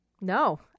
no